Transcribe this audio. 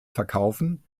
verkaufen